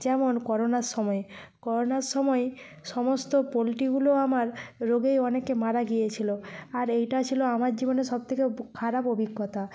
যেমন করোনার সময়ে করোনার সময়ে সমস্ত পোল্ট্রিগুলো আমার রোগেই অনেকে মারা গিয়েছিলো আর এইটা ছিলো আমার জীবনের সব থেকে খারাপ অভিজ্ঞতা